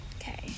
okay